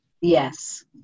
Yes